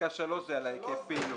על היקף פעילות.